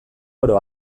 oro